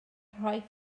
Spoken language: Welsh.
rhoi